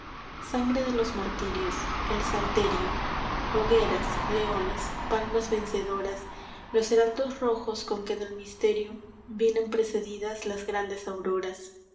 sangre de los martirios el salterio hogueras leones palmas vencedoras los heraldos rojos con que del misterio vienen precedidas las grandes auroras